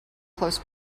close